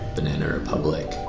banana republic,